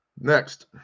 Next